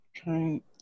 okay